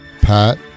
Pat